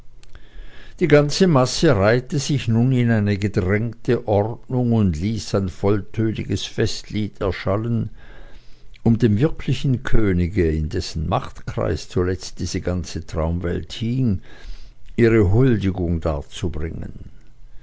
die ganze masse reihte sich nun in eine gedrängte ordnung und ließ ein volltöniges festlied erschallen um dem wirklichen könige in dessen machtkreis zuletzt diese ganze traumwelt hing ihre huldigung darzubringen